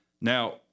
Now